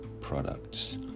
products